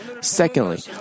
Secondly